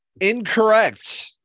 Incorrect